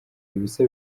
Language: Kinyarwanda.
ibisa